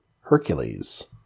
Hercules